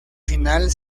final